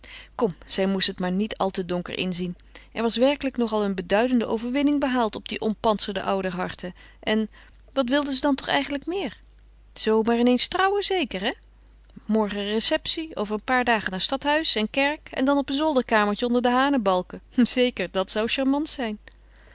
kom zij moest het maar niet al te donker inzien er was werkelijk nogal een beduidende overwinning behaald op die ompantserde ouderharten en wat wilden ze dan toch eigenlijk meer zoo maar ineens trouwen zeker hè morgen receptie over een paar dagen naar stadhuis en kerk en dan op een zolderkamertje onder de hanebalken zeker dat zou charmant zijn